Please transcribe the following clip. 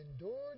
endured